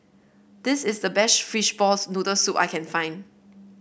this is the best Fishball Noodle Soup that I can find